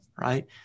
right